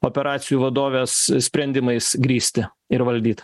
operacijų vadovės sprendimais grįsti ir valdyt